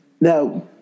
now